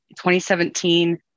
2017